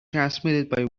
transmitted